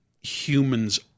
humans